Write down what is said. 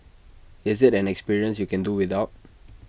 is IT an experience you can do without